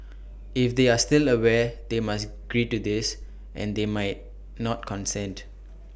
if they are still aware they must agree to this and they might not consent